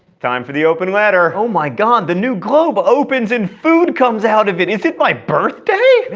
time for the open letter! oh my god, the new globe opens and food comes out of it! is it my birthday?